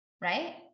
right